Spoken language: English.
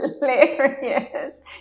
Hilarious